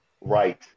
right